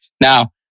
now